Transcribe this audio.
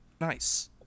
Nice